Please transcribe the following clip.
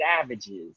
savages